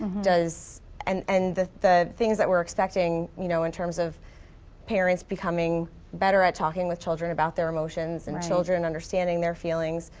and and the the things that we're expecting you know in terms of parents becoming better at talking with children about their emotions and children understanding their feelings.